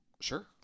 Sure